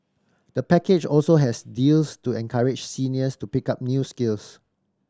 the package also has deals to encourage seniors to pick up new skills